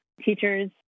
Teachers